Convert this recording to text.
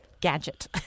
gadget